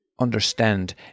understand